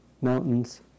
mountains